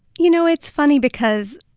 you know, it's funny because